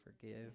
forgive